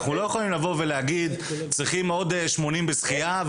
אנחנו לא יכולים לבקש עוד 80 בשחייה,